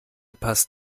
passt